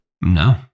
No